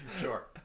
Sure